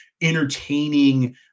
entertaining –